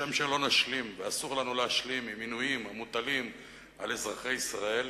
"כשם שלא נשלים ואסור לנו להשלים עם עינויים המוטלים על אזרחי ישראל,